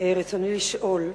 ברצוני לשאול,